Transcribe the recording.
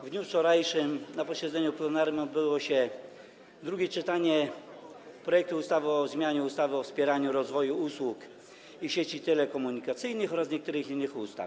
W dniu wczorajszym na posiedzeniu plenarnym odbyło się drugie czytanie projektu ustawy o zmianie ustawy o wspieraniu rozwoju usług i sieci telekomunikacyjnych oraz niektórych innych ustaw.